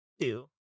two